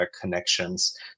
connections